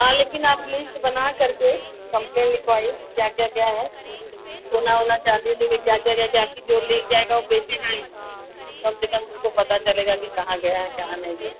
हाँ लेकिन आप लिस्ट बना करके कंप्लेंट लिखवाईए क्या क्या गया है सोना ओना चाँदी ओंदी में क्या क्या गया है आपकी ज्वेलरी लेकर जाएगा वह बेचेगा ही कम से कम उसको पता चलेगा कि कहाँ गया है कहाँ नहीं गया